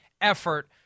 effort